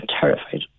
terrified